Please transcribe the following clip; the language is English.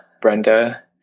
Brenda